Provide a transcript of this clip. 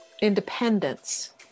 Independence